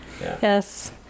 Yes